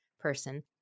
person